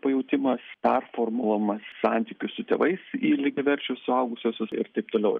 pajautimas performulavimas santykių su tėvais į lygiaverčius suaugusiuosius ir taip toliau